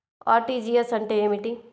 RTGS అంటే ఏమిటి?